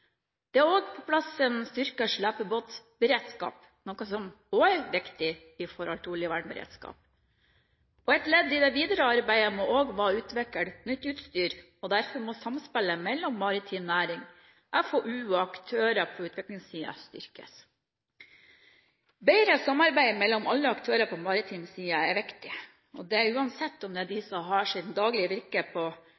er også på plass, noe som også er viktig når det gjelder oljevernberedskapen. Et ledd i det videre arbeidet må også være å utvikle nytt utstyr. Derfor må samspillet mellom maritim næring, FoU og aktører på utviklingssiden styrkes. Bedre samarbeid mellom alle aktører på maritim side er viktig – det gjelder uansett om det er de